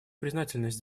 признательность